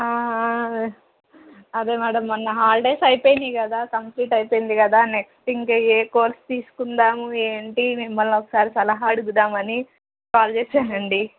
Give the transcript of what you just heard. అదే మ్యాడమ్ మొన్న హాలిడేస్ అయిపోయినాయి కదా కంప్లీట్ అయిపోయింది కదా నెక్స్ట్ ఇంక ఏ కోర్స్ తీసుకుందాము ఏంటి మిమ్మల్ని ఒకసారి సలహా అడుగుదామని కాల్ చేసానుఅండి